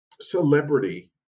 celebrity